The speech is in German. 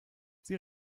sie